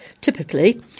typically